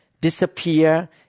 disappear